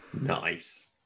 nice